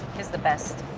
he's the best.